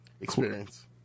experience